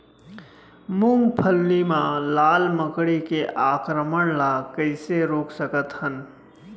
मूंगफली मा लाल मकड़ी के आक्रमण ला कइसे रोक सकत हन?